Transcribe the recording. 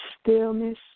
stillness